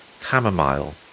chamomile